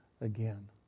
again